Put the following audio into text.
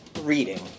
reading